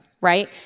right